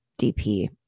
DP